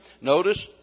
Notice